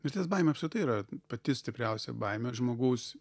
mirties baimė apskritai yra pati stipriausia baimė žmogaus